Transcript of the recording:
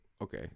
Okay